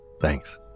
Thanks